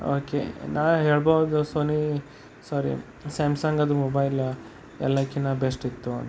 okay ನಾ ಹೇಳಬಹುದು Sony sorry Samsung ಅದು ಮೊಬೈಲ ಎಲ್ಲದಕ್ಕಿನ್ನ ಬೆಸ್ಟಿತ್ತು ಅಂತ